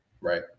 Right